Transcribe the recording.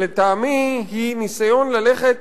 שלטעמי היא ניסיון ללכת